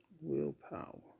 Willpower